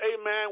amen